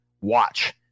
watch